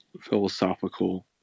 philosophical